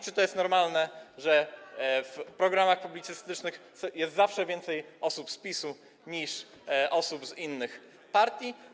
Czy to jest normalne, że w programach publicystycznych jest zawsze więcej osób z PiS-u niż z innych partii?